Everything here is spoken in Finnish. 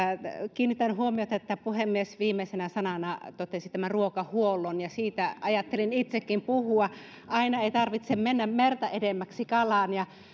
kiinnitän huomiota että puhemies viimeisenä sanana totesi ruokahuollon ja siitä ajattelen itsekin puhua aina ei tarvitse mennä merta edemmäksi kalaan